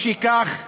משכך,